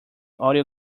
audio